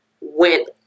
went